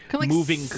Moving